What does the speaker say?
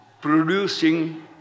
producing